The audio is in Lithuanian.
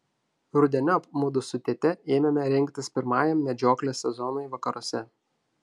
rudeniop mudu su tėte ėmėme rengtis pirmajam medžioklės sezonui vakaruose